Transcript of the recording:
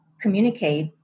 communicate